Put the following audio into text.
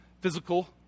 physical